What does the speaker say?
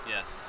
Yes